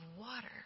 water